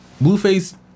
Blueface